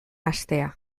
hastea